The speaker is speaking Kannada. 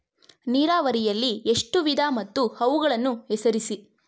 ನೀರಾವರಿಯಲ್ಲಿ ಎಷ್ಟು ವಿಧ ಮತ್ತು ಅವುಗಳನ್ನು ಹೆಸರಿಸಿ?